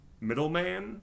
middleman